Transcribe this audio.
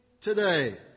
today